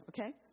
Okay